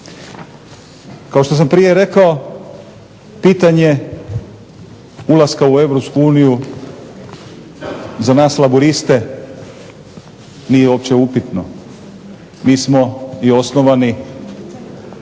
Kao što sam prije rekao pitanje ulaska u EU za nas Laburiste nije uopće upitno. Mi smo i osnovani